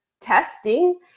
testing